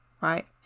right